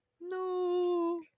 No